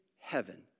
heaven